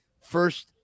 first